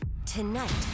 Tonight